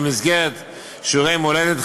במסגרת שיעורי מולדת,